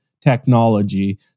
technology